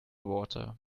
water